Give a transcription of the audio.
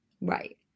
Right